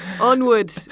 Onward